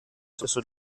stesso